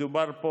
מדובר פה